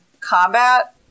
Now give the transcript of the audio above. combat